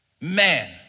Man